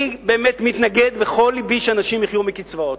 אני באמת מתנגד בכל לבי שאנשים יחיו מקצבאות,